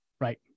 Right